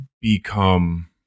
Become